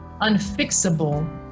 unfixable